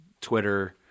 Twitter